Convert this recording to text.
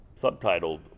subtitled